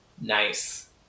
Nice